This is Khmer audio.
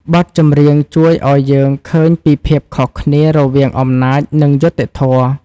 បទចម្រៀងជួយឱ្យយើងឃើញពីភាពខុសគ្នារវាងអំណាច និងយុត្តិធម៌។